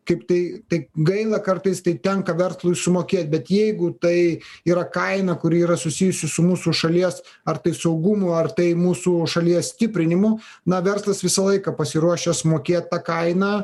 kaip tai tai gaila kartais tai tenka verslui sumokėt bet jeigu tai yra kaina kuri yra susijusi su mūsų šalies ar tai saugumu ar tai mūsų šalies stiprinimu na verslas visą laiką pasiruošęs mokėt tą kainą